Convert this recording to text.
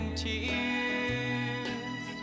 tears